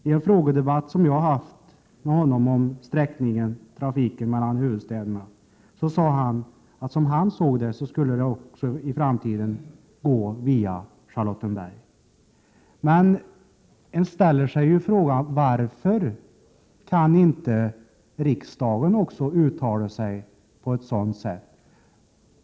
I en frågedebatt mellan kommunikationsministern och mig om sträckningen av trafiken mellan huvudstäderna sade han att som han såg det skulle den trafiken i framtiden gå via Charlottenberg. Men man ställer sig frågan: Varför kan inte riksdagen också uttala sig på ett sådant sätt?